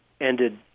ended